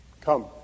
Come